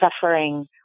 suffering